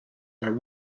are